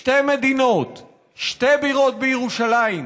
שתי מדינות, שתי בירות בירושלים.